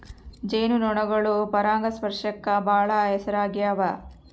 ಜೇನು ನೊಣಗಳು ಪರಾಗಸ್ಪರ್ಶಕ್ಕ ಬಾಳ ಹೆಸರಾಗ್ಯವ